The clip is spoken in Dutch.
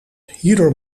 hierdoor